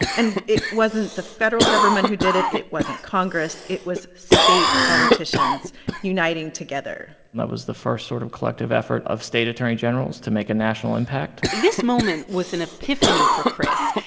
and it wasn't the federal government who did it. it wasn't congress. it was state politicians uniting together that was the first sort of collective effort of state attorney generals to make a national impact this moment was an epiphany for chris.